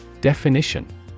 Definition